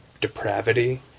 depravity